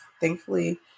thankfully